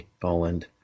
Poland